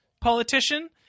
politician